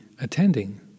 attending